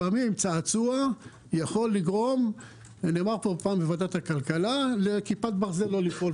לפעמים צעצוע יכול לגרום לכך שכיפת ברזל לא תפעל.